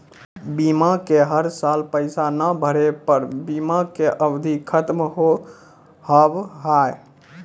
बीमा के हर साल पैसा ना भरे पर बीमा के अवधि खत्म हो हाव हाय?